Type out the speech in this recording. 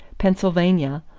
pennsylvania,